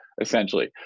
essentially